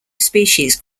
species